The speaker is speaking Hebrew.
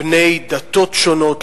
בני דתות שונות,